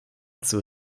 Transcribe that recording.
zur